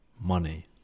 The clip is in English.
money